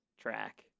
track